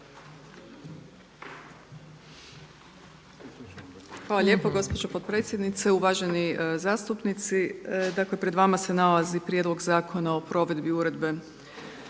Hvala lijepo gospođo potpredsjednice, uvaženi zastupnici. Dakle pred vama se nalazi Prijedlog zakona o provedbi uredbe